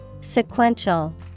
Sequential